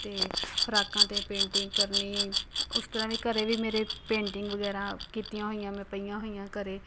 ਅਤੇ ਫਰਾਕਾਂ 'ਤੇ ਪੇਂਟਿੰਗ ਕਰਨੀ ਉਸ ਤਰ੍ਹਾਂ ਵੀ ਘਰ ਵੀ ਮੇਰੇ ਪੇਂਟਿੰਗ ਵਗੈਰਾ ਕੀਤੀਆਂ ਹੋਈਆਂ ਮੈਂ ਪਈਆਂ ਹੋਈਆਂ ਘਰ